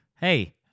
hey